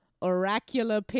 oracular